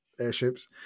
airships